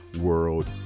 World